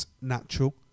natural